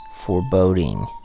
foreboding